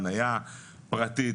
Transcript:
חניה פרטית.